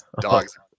dogs